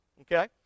okay